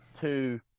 two